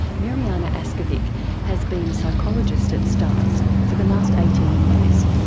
mirjana askovic has been a psychologist at startts for the last eighteen years.